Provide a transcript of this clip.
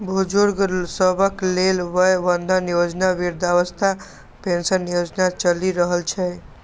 बुजुर्ग सभक लेल वय बंधन योजना, वृद्धावस्था पेंशन योजना चलि रहल छै